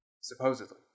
supposedly